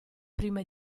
prima